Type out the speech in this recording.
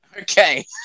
Okay